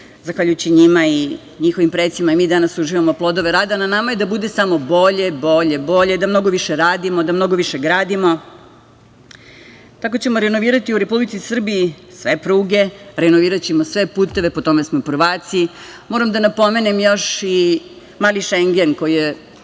zahvaljujući njima i njihovim precima i mi danas uživamo plodove rada, a na nama je da bude samo bolje, bolje, bolje, da mnogo više radimo, da mnogo više gradimo. Tako ćemo renovirati u Republici Srbiji sve pruge. Renoviraćemo i sve puteve. Po tome smo prvaci. Moram da napomenem još i „Mali šengen“, koji je,